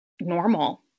normal